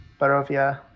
barovia